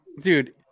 dude